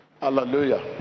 hallelujah